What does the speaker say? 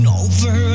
over